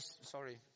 sorry